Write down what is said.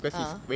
ah